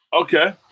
Okay